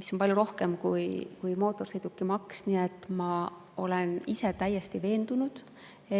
mis on palju rohkem kui mootorsõidukimaks. Nii et ma olen ise täiesti veendunud,